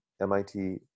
MIT